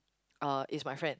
uh is my friend